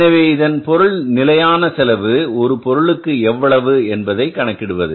எனவே இதன் பொருள் நிலையான செலவு ஒரு பொருளுக்கு எவ்வளவு என்பதை கணக்கிடுவது